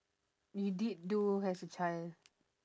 you did do as a child